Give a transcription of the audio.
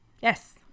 Yes